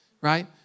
right